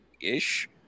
ish